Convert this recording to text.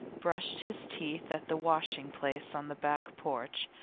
brushed his teeth at the washing place on the back porch,